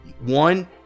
one